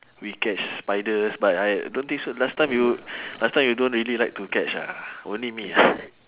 we catch spiders but I don't think so last time you last time you don't really like to catch ah only me